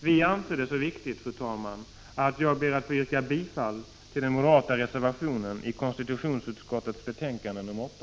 Vi anser det vara så viktigt, fru talman, att jag ber att få yrka bifall till den moderata reservationen i konstitutionsutskottets betänkande nr 8.